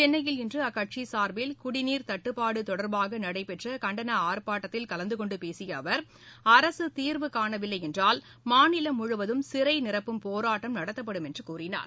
சென்னையில் இன்று அக்கட்சியின் சார்பில் குடிநீர் தட்டுப்பாடு தொடர்பாக நடைபெற்ற கண்டன ஆர்பாட்டத்தில் கலந்து கொண்டு பேசிய அவர் அரசு தீர்வு காணவிலை என்றால் மாநிலம் முழுவதும் சிறை நிரப்பும் போராட்டம் நடத்தப்படும் என்று கூறினார்